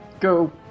go